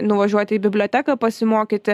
nuvažiuoti į biblioteką pasimokyti